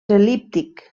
el·líptic